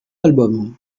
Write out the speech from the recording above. albums